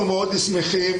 אנחנו מאוד שמחים,